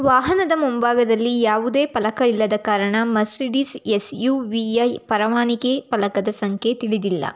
ವಾಹನದ ಮುಂಭಾಗದಲ್ಲಿ ಯಾವುದೇ ಫಲಕ ಇಲ್ಲದ ಕಾರಣ ಮರ್ಸಿಡಿಸ್ ಎಸ್ ಯು ವಿಯ ಪರವಾನಗಿ ಫಲಕದ ಸಂಖ್ಯೆ ತಿಳಿದಿಲ್ಲ